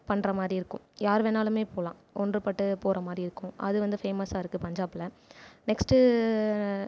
பண்றமாதிரி இருக்கும் யாருவேனாலுமே போகலாம் ஒன்றுபட்டு போகறமாரிருக்கும் அது வந்து ஃபேமஸ்ஸாக இருக்கு பஞ்சாப்பில் நெக்ஸ்ட்டு